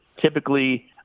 typically